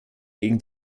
gegen